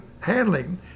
handling